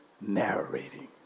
narrating